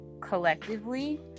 collectively